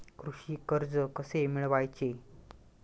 कृषी कर्ज कसे मिळवायचे?